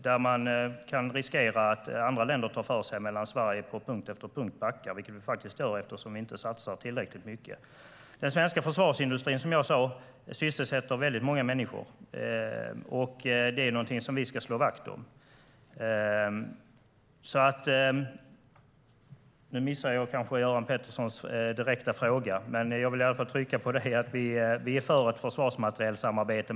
Där riskerar man att andra länder tar för sig medan Sverige backar på punkt efter punkt, vilket vi faktiskt gör eftersom vi inte satsar tillräckligt mycket. Den svenska försvarsindustrin sysselsätter många människor. Och det ska vi slå vakt om. Nu missar jag kanske att svara på Göran Petterssons fråga. Men jag vill i alla fall trycka på att vi är för ett försvarsmaterielsamarbete.